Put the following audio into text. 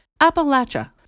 Appalachia